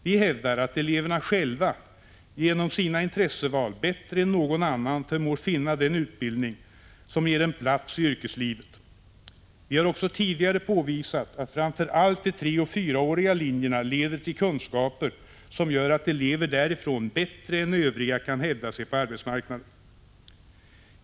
Vi hävdar att eleverna själva genom sina intresseval bättre än någon annan förmår finna den utbildning, som ger dem plats i yrkeslivet. Vi har också tidigare påvisat att framför allt de treoch fyraåriga linjerna leder till kunskaper, som gör att elever därifrån bättre än övriga kan hävda sig på arbetsmarknaden.